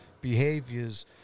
behaviors